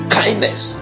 kindness